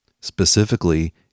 Specifically